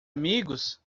amigos